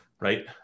right